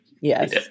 Yes